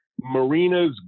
marinas